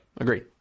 Agree